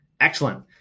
Excellent